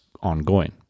ongoing